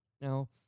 Now